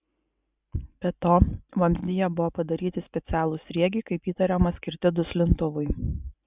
be to vamzdyje buvo padaryti specialūs sriegiai kaip įtariama skirti duslintuvui